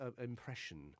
impression